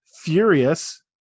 furious